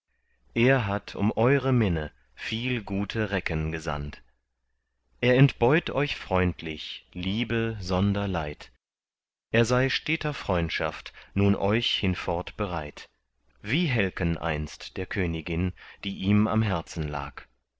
er hat um eure minne viel gute recken gesandt er entbeut euch freundlich liebe sonder leid er sei steter freundschaft nun euch hinfort bereit wie helken einst der königin die ihm am herzen lag